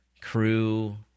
crew